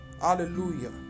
Hallelujah